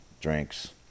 drinks